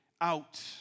out